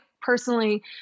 personally